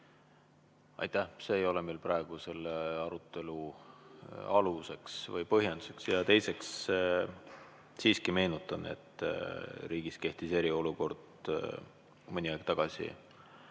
Aitäh! See ei ole meil praegu selle arutelu aluseks või põhjenduseks. Teiseks, siiski meenutan, et riigis kehtis eriolukord mõni aeg tagasi